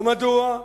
ומדוע?